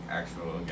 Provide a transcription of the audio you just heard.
actual